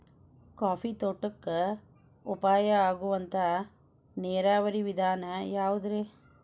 Coffee ತೋಟಕ್ಕ ಉಪಾಯ ಆಗುವಂತ ನೇರಾವರಿ ವಿಧಾನ ಯಾವುದ್ರೇ?